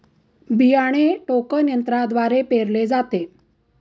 बियाणे टोकन यंत्रद्वारे पेरले जाते